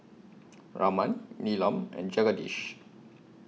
Raman Neelam and Jagadish